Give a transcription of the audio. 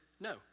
no